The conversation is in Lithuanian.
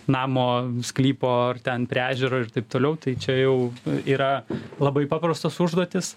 namo sklypo ar ten prie ežero ir taip toliau tai čia jau yra labai paprastos užduotys